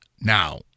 Now